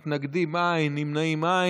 מתנגדים, אין, נמנעים,